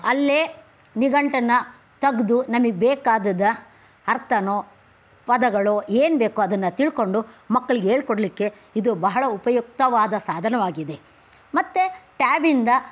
ಅಲ್ಲೇ ನಿಘಂಟನ್ನು ತೆಗ್ದು ನಮಗೆ ಬೇಕಾದ ಅರ್ಥನೊ ಪದಗಳೊ ಏನ್ಬೇಕೋ ಅದನ್ನು ತಿಳ್ಕೊಂಡು ಮಕ್ಕಳಿಗೆ ಹೇಳಿಕೊಡ್ಲಿಕ್ಕೆ ಇದು ಬಹಳ ಉಪಯುಕ್ತವಾದ ಸಾಧನವಾಗಿದೆ ಮತ್ತೆ ಟ್ಯಾಬಿಂದ